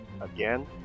again